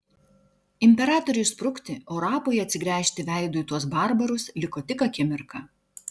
imperatoriui sprukti o rapui atsigręžti veidu į tuos barbarus liko tik akimirka